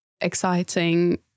exciting